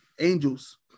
Angels